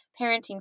parenting